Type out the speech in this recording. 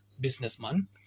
businessman